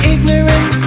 Ignorant